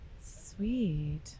Sweet